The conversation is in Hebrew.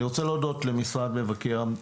אני רוצה להודות למשרד מבקר המדינה.